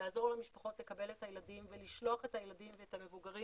לעזור למשפחות לקבל את הילדים ולשלוח את הילדים ואת המבוגרים